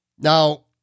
Now